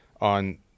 on